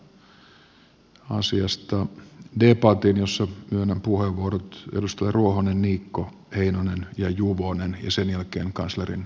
mahdollistan asiasta debatin jossa myönnän puheenvuorot edustajille ruohonen niikko heinonen ja juvonen ja sen jälkeen on kanslerin puheenvuoro